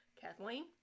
Kathleen